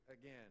again